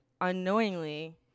unknowingly